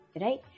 Right